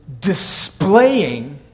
displaying